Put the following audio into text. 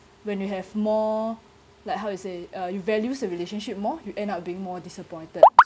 when you have more like how to say uh you value the relationship more you end up being more disappointed